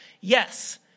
yes